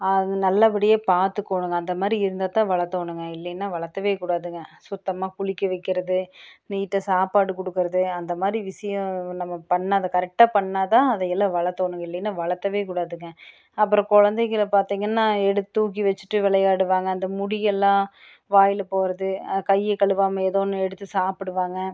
அது நல்லபடியாக பார்த்துக்கோணுங்க அந்த மாதிரி இருந்தால்தான் வளர்த்தோணுங்க இல்லைன்னா வளர்த்தவே கூடாதுங்க சுத்தமாக குளிக்க வைக்கிறது நீட்டாக சாப்பாடு கொடுக்கறது அந்த மாதிரி விசியம் நம்ம பண்ணால் அதை கரெக்டாக பண்ணால்தான் அதையெல்லாம் வளர்த்தோணும் இல்லைன்னா வளர்த்தவே கூடாதுங்க அப்புறோம் குழந்தைங்கள பார்த்தீங்கன்னா எடுத்து தூக்கி வெச்சுட்டு விளையாடுவாங்க அந்த முடியெல்லாம் வாயில் போகிறது கை கழுவாமல் ஏதோ ஒன்று எடுத்து சாப்பிடுவாங்க